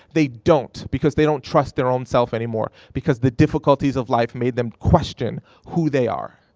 they don't because they don't trust their own self any more, because the difficulties of life made them question who they are.